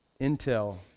Intel